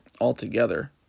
Altogether